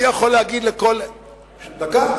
אני יכול להגיד, דקה.